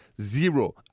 zero